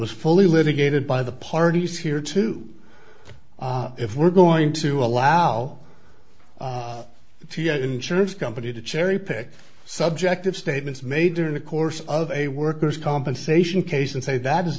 was fully litigated by the parties here too if we're going to allow the insurance company to cherry pick subjective statements made during the course of a worker's compensation case and say that